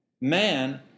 Man